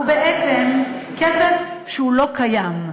הם בעצם כסף שהוא לא קיים.